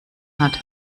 hat